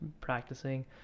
practicing